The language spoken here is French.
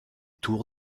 tour